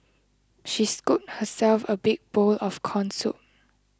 she scooped herself a big bowl of Corn Soup